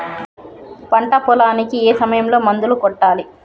పంట పొలానికి ఏ సమయంలో మందులు కొట్టాలి?